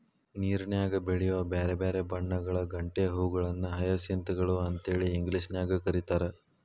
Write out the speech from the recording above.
ನೇರನ್ಯಾಗ ಬೆಳಿಯೋ ಬ್ಯಾರ್ಬ್ಯಾರೇ ಬಣ್ಣಗಳ ಗಂಟೆ ಹೂಗಳನ್ನ ಹಯಸಿಂತ್ ಗಳು ಅಂತೇಳಿ ಇಂಗ್ಲೇಷನ್ಯಾಗ್ ಕರೇತಾರ